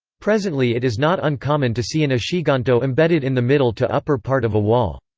presently it is not uncommon to see an ishiganto embedded in the middle to upper part of a wall.